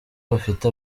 bafite